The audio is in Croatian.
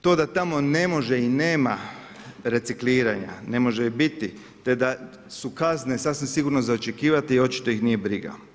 To da tamo ne može i nema recikliranja ne može ni biti te da su kazne sasvim sigurno za očekivati očito ih nije briga.